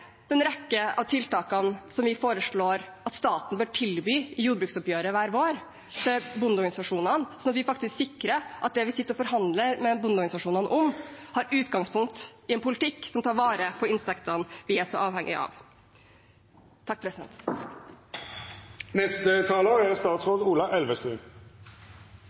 en rekke av tiltakene som vi foreslår at staten bør tilby bondeorganisasjonene i jordbruksoppgjøret hver vår, sånn at vi faktisk sikrer at det vi sitter og forhandler med bondeorganisasjonene om, har utgangspunkt i en politikk som tar vare på insektene vi er så avhengige av. Jeg ser svært alvorlig på tapet av insekter og de problemer dette er